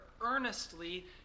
earnestly